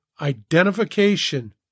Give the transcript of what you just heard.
identification